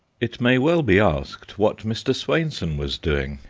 it may well be asked what mr. swainson was doing,